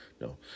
no